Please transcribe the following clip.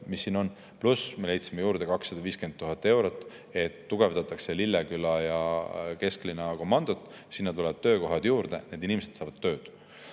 mis siin on, pluss me leidsime juurde 250 000 eurot, et tugevdataks Lilleküla ja kesklinna komandot, sinna tulevad töökohad juurde, need inimesed saavad tööd.